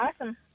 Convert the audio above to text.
awesome